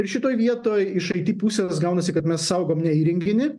ir šitoj vietoj iš it pusės gaunasi kad mes saugom ne įrenginį